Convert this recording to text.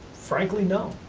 frankly, no.